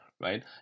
right